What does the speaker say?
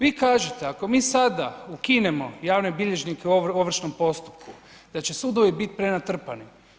Vi kažete ako mi sada ukinemo javne bilježnike u ovršnom postupku da će sudovi biti prenatrpani.